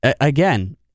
Again